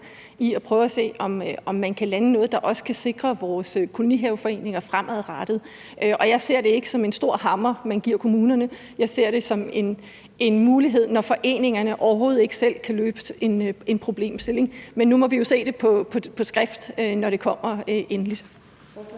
i at prøve at se, om man kan lande noget, der også kan sikre vores kolonihaveforeninger fremadrettet. Jeg ser det ikke som en stor hammer, man giver kommunerne; jeg ser det som en mulighed, når foreningerne overhovedet ikke selv kan løse en problemstilling. Men nu må vi se det på skrift, når det kommer endeligt.